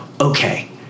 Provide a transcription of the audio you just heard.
okay